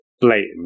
blatant